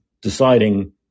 deciding